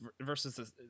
versus